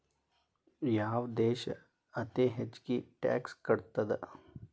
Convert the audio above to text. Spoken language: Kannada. ಯಾವ್ ದೇಶ್ ಅತೇ ಹೆಚ್ಗೇ ಟ್ಯಾಕ್ಸ್ ಕಟ್ತದ?